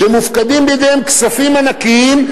שמופקדים בידיהם כספים ענקיים,